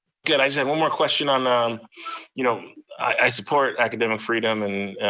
good, i just have one more question on um you know i support academic freedom and